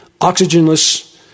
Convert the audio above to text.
oxygenless